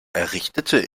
errichtete